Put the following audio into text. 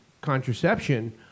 contraception